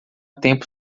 tempo